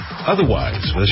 Otherwise